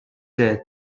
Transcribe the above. death